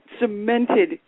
cemented